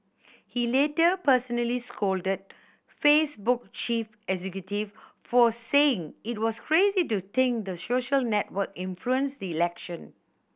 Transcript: he later personally scolded Facebook chief executive for saying it was crazy to think the social network influenced the election